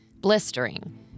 blistering